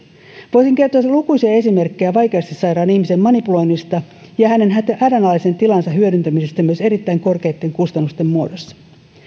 voisin kertoa lukuisia esimerkkejä vaikeasti sairaan ihmisen manipuloinnista ja hänen hädänalaisen tilansa hyödyntämisestä myös erittäin korkeitten kustannusten muodossa